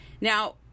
Now